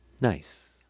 Nice